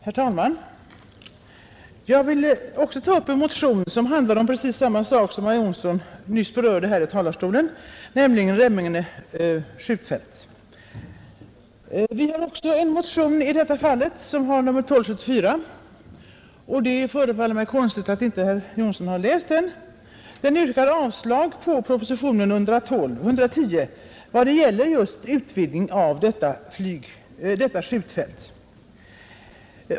Herr talman! Jag vill ta upp en motion som handlar om samma sak som herr Jonsson i Alingsås nyss talade om, nämligen Remmene skjutfält. Vi har också väckt en motion i detta ärende, nr 1274. Det förefaller mig konstigt att herr Jonsson inte läst den. I den motionen yrkas avslag på propositionen 110 vad det gäller just utvidgningen av detta skjutfält.